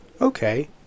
Okay